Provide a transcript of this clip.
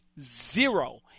zero